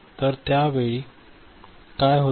तर त्या वेळी काय होते